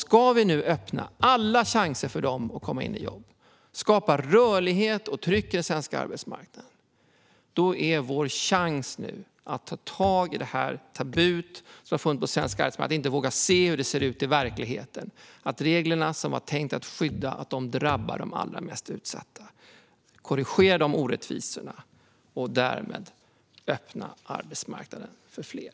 Ska vi nu öppna alla möjligheter för dem att komma in i jobb och skapa rörlighet och tryck på den svenska arbetsmarknaden, då är vår chans nu att ta tag i detta tabu som har funnits på den svenska arbetsmarknaden - att inte våga se hur det ser ut i verkligheten och att de regler som var tänkta att skydda drabbar de allra mest utsatta - och korrigera dessa orättvisor och därmed öppna arbetsmarknaden för fler.